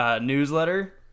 Newsletter